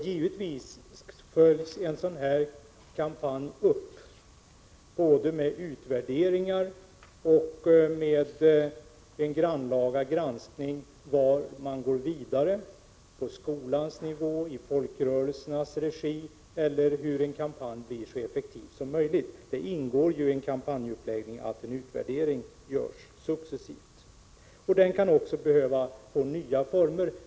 Givetvis följs en sådan här kampanj upp både med utvärderingar och med en grannlaga granskning för att man skall veta hur man skall gå vidare — på skolnivå eller i folkrörelsernas regi — och hur en kampanj blir så effektiv som möjligt. Det ingår ju i arbetet med en kampanjuppläggning att en utvärdering görs successivt. Kampanjen kan, som sagt, behöva en ny utformning.